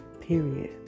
Period